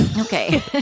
Okay